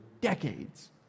decades